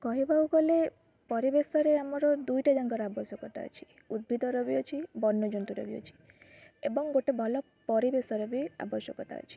କହିବାକୁ ଗଲେ ପରିବେଶରେ ଆମର ଦୁଇଟା ଆବଶ୍ୟକତା ଅଛି ଉଦ୍ଭିଦର ବି ଅଛି ବନ୍ୟଜନ୍ତୁଙ୍କର ବି ଅଛି ଏବଂ ଗୋଟେ ଭଲ ପରିବେଶର ବି ଆବଶ୍ୟକତା ଅଛି